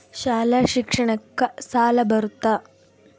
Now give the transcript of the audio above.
ಶಾಲಾ ಶಿಕ್ಷಣಕ್ಕ ಸಾಲ ಬರುತ್ತಾ?